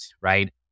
right